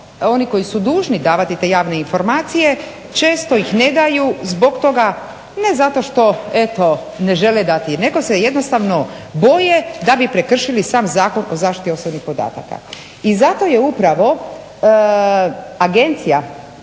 oni koji su dužni davati te javne informacije često ih ne daju zbog toga ne zato što eto ne žele dati, nego se jednostavno boje da bi prekršili sam Zakon o zaštiti osobnih podataka. I zato je upravo Agencija,